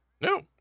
No